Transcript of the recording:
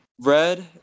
Red